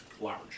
large